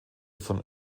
von